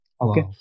okay